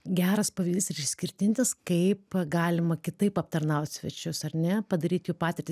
geras pavyzdys ir išskirtinis kaip galima kitaip aptarnaut svečius ar ne padaryt jų patirtį